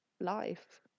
life